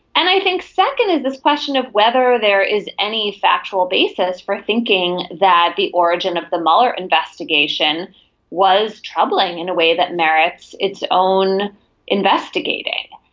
and i think second is this question of whether there is any factual basis for thinking that the origin of the mueller investigation was troubling in a way that merits its own investigating.